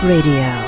Radio